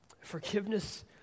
Forgiveness